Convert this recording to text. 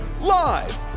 live